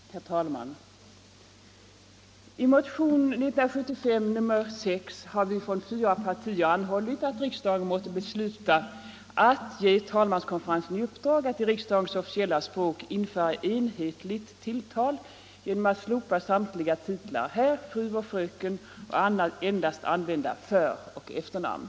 Herr talman! I motionen 1975:6 har representanter för fyra olika partier - m, c, fp och s — anhållit, att riksdagen måste besluta att ”ge tal manskonferensen i uppdrag att i riksdagens officiella språk införa en — Nr 7 hetligt tilltal genom att slopa samtliga titlar, herr, fru och fröken, och Onsdagen den endast använda föroch efternamn.”.